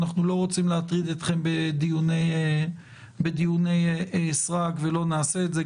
אנחנו לא רוצים להטריד אתכם בדיוני סרק ולא נעשה את זה,